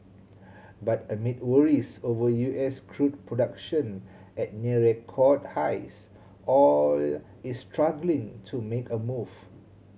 but amid worries over U S crude production at near record highs oil is struggling to make a move